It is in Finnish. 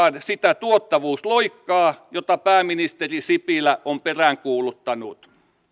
sitä tuottavuusloikkaa jota pääministeri sipilä on peräänkuuluttanut